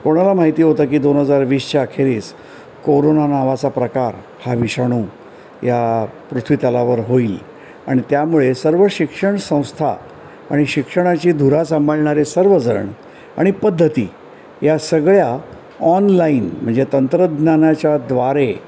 कोणाला माहिती होतं की दोन हजार वीसच्या अखेरीस कोरोना नावाचा प्रकार हा विषाणू या पृथ्वीतलावर होईल आणि त्यामुळे सर्व शिक्षण संस्था आणि शिक्षणाची धुरा सांभाळणारे सर्व जण आणि पद्धती या सगळ्या ऑनलाईन म्हणजे तंत्रज्ञानाच्याद्वारे